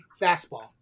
fastball